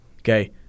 Okay